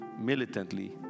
militantly